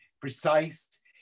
precise